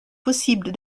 possible